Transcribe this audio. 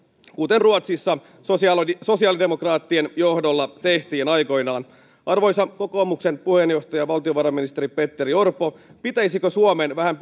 kuten ruotsissa sosiaalidemokraattien johdolla tehtiin aikoinaan arvoisa kokoomuksen puheenjohtaja valtiovarainministeri petteri orpo pitäisikö suomen vähän